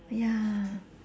ya